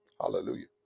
Hallelujah